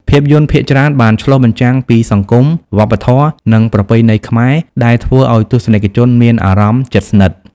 ភាពយន្តភាគច្រើនបានឆ្លុះបញ្ចាំងពីសង្គម វប្បធម៌ និងប្រពៃណីខ្មែរ ដែលធ្វើឱ្យទស្សនិកជនមានអារម្មណ៍ជិតស្និទ្ធ។